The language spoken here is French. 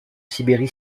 sibérie